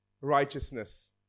righteousness